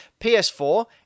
PS4